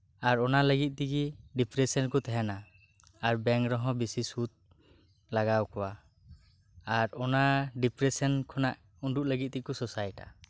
ᱟᱨ ᱚᱱᱟ ᱞᱟᱹᱜᱤᱫ ᱛᱤᱜᱤ ᱰᱤᱯᱨᱮᱥᱮᱱ ᱨᱮᱠᱩ ᱛᱟᱦᱮᱸᱱᱟ ᱟᱨ ᱵᱮᱝ ᱨᱮᱦᱚᱸ ᱵᱮᱥᱤ ᱥᱩᱫᱷ ᱞᱟᱜᱟᱣ ᱟᱠᱩᱣᱟ ᱟᱨ ᱚᱱᱟ ᱰᱤᱯᱨᱮᱥᱮᱱ ᱠᱷᱚᱱ ᱩᱰᱩᱠ ᱞᱟᱹᱜᱤᱫ ᱛᱮᱠᱩ ᱥᱩᱥᱟᱭᱤᱴ ᱟ